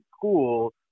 school